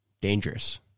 Dangerous